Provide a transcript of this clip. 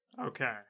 Okay